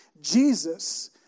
Jesus